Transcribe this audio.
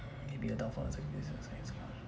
maybe a